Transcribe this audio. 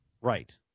Right